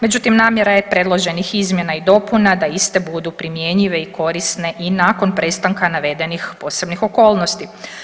Međutim, namjera je predloženih izmjena i dopuna da iste budu primjenjive i korisne i nakon prestanka navedenih posebnih okolnosti.